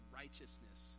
righteousness